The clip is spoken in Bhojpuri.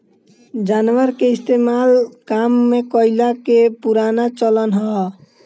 जानवर के इस्तेमाल काम में कइला के पुराना चलन हअ